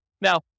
Now